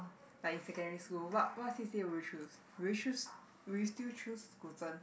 like in secondary school what what C_C_A will you choose will you choose will you still choose Guzheng